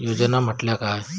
योजना म्हटल्या काय?